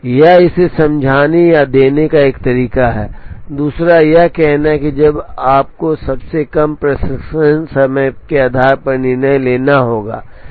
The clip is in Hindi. यह इसे समझाने या देने का एक तरीका है दूसरा यह कहना है कि जब आपको सबसे कम प्रसंस्करण समय के आधार पर निर्णय लेना होगा